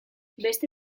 beste